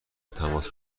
تماس